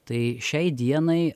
tai šiai dienai